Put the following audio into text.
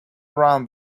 ran